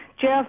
Jeff